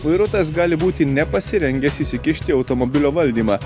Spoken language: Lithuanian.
vairuotojas gali būti nepasirengęs įsikišti į automobilio valdymą